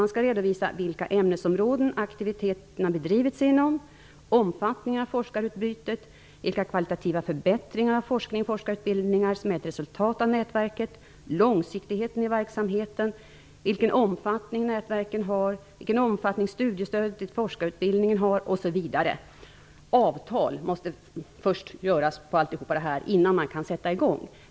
Man skall redovisa inom vilka ämnesområden som aktiviteterna har bedrivits, omfattningen av forskarutbytet, vilka kvalitativa förbättringar av forskning och forskarutbildningar som är ett resultat av nätverket, långsiktigheten i verksamheten, vilken omfattning nätverken har, vilken omfattning studiestödet till forskarutbildningen har osv. Avtal måste upprättas för allt detta innan man kan sätta igång.